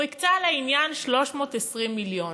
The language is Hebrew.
הוא הקצה לעניין 320 מיליון,